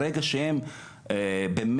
אני יכולה לבדוק ולהחזיר תשובה,